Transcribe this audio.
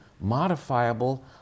modifiable